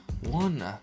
One